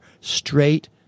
straight